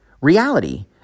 Reality